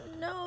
No